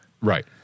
Right